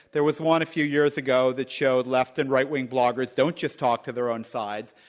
there was one a few years ago that showed left and right wing bloggers don't just talk to their own side.